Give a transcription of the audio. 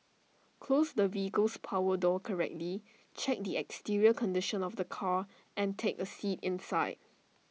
close the vehicle's power door correctly check the exterior condition of the car and take A seat inside